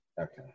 Okay